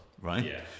right